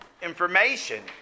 information